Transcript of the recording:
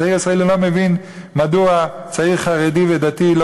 הצעיר הישראלי לא מבין מדוע צעיר חרדי ודתי לא